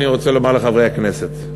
אני רוצה לומר לחברי הכנסת,